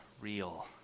real